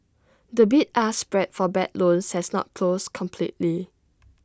the bid ask spread for bad loans has not closed completely